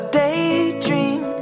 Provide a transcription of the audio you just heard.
daydream